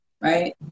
right